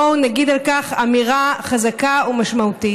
בואו נגיד על כך אמירה חזקה ומשמעותית.